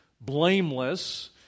blameless